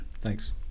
Thanks